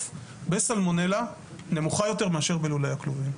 בסלמונלה נמוכה יותר מאשר בלולי הכלובים.